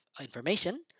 information